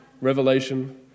Revelation